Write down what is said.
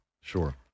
sure